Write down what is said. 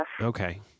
Okay